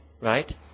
Right